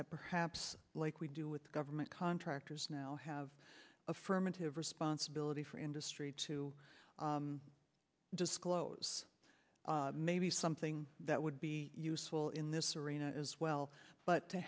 that perhaps like we do with government contractors now have affirmative responsibility for industry to disclose maybe something that would be useful in this arena as well but to